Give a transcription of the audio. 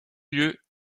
lieu